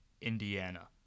Indiana